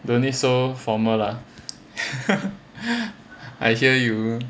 don't need so formal lah I hear you